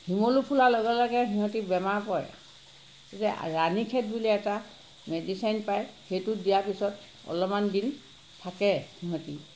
শিমলু ফুলাৰ লগে লগে সিহঁতে বেমাৰত পৰে তেতিয়া ৰাণীখেদ বুলি এটা মেডিচিন পায় সেইটো দিয়াৰ পিছত অলপমান দিন থাকে সিহঁতে